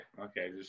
okay